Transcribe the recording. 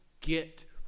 get